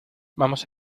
vamos